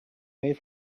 made